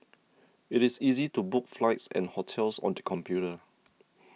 it is easy to book flights and hotels on the computer